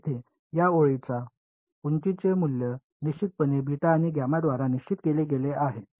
येथे या ओळीच्या उंचीचे मूल्य निश्चितपणे आणि द्वारा निश्चित केले गेले आहे